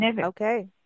Okay